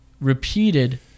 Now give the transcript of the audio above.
repeated